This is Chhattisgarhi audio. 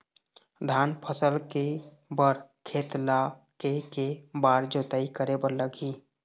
धान फसल के बर खेत ला के के बार जोताई करे बर लगही?